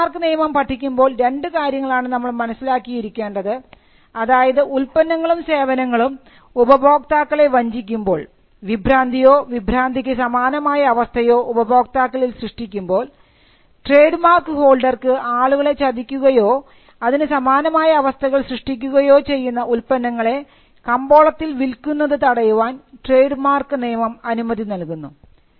trade mark നിയമം പഠിക്കുമ്പോൾ രണ്ടു കാര്യങ്ങളാണ് നമ്മൾ മനസ്സിലാക്കിയിരിക്കേണ്ടത് അതായത് ഉൽപ്പന്നങ്ങളും സേവനങ്ങളും ഉപഭോക്താക്കളെ വഞ്ചിക്കുമ്പോൾ വിഭ്രാന്തിയോ വിഭ്രാന്തിക്ക് സമാനമായ അവസ്ഥയോ ഉപഭോക്താക്കളിൽ സൃഷ്ടിക്കുമ്പോൾ ട്രേഡ് മാർക്ക് ഹോൾഡർക്ക് ആളുകളെ ചതിക്കുകയോ അതിന് സമാനമായ അവസ്ഥകൾ സൃഷ്ടിക്കുകയോ ചെയ്യുന്ന ഉൽപ്പന്നങ്ങളെ കമ്പോളത്തിൽ വിൽക്കുന്നത് തടയുവാൻ ട്രേഡ് മാർക്ക് നിയമം അനുമതി നൽകുന്നു